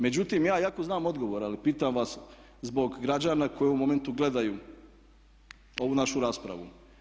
Međutim, ja jako znam odgovore ali pitam vas zbog građana koji u ovom momentu gledaju ovu našu raspravu.